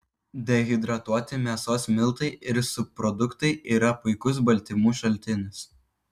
dehidratuoti mėsos miltai ir subproduktai yra puikus baltymų šaltinis